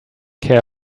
care